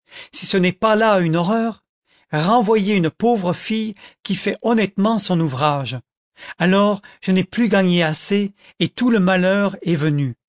si ce n'est pas là une horreur renvoyer une pauvre fille qui fait honnêtement son ouvrage alors je n'ai plus gagné assez et tout le malheur est venu